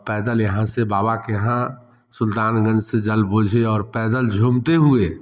औ पैदल यहाँ से बाबा के यहाँ सुल्तानगंज से जल बुझे और पैदल झूमते हुए